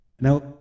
now